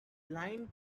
lined